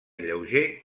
lleuger